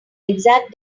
exact